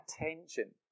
attention